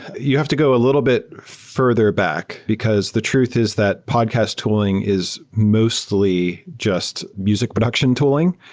you have to go a little bit further back, because the truth is that podcast tooling is mostly just music production tooling.